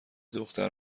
دختر